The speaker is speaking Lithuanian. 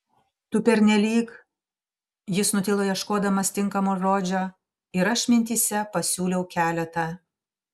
tu pernelyg jis nutilo ieškodamas tinkamo žodžio ir aš mintyse pasiūliau keletą